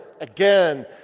again